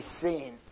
seen